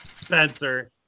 Spencer